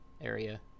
area